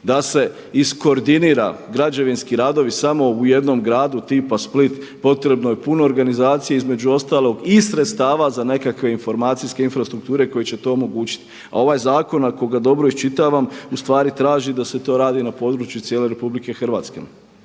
Da se iskoordinira građevinski radovi samo u jednom gradu tipa Split potrebno je puno organizacije između ostalog i sredstava za nekakve informacijske infrastrukture koje će to omogućiti. A ovaj zakon ako ga dobro iščitavam ustvari traži da se to radi na području cijele RH.